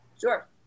Sure